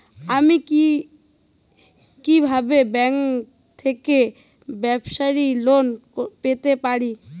আমি কি কিভাবে ব্যাংক থেকে ব্যবসায়ী লোন পেতে পারি?